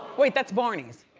wait that's barneys.